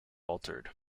altered